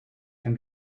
can